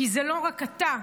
כי זה לא רק אתה,